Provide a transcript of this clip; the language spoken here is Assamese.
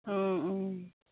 অঁ অঁ